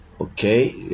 Okay